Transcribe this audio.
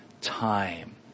time